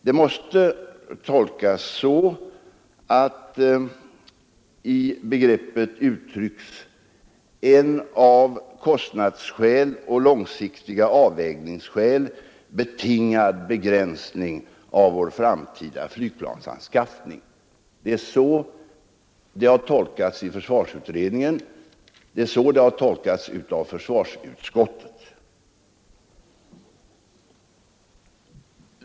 Det måste tolkas att i begreppet uttrycks en av kostnadsskäl och långsiktiga avvägningsskäl betingad begränsning av vår framtida flygplansanskaffning. Det är så det har tolkats i försvarsutredningen och det är så det har tolkats av försvarsutskottet.